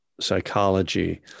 psychology